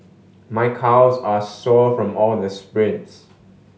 my calves are sore from all the sprints